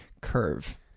curve